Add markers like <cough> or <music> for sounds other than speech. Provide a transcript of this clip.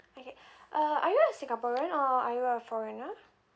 okay <breath> uh are you a singaporean or are you a foreigner